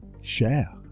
share